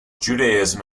judaism